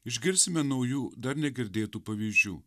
išgirsime naujų dar negirdėtų pavyzdžių